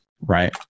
right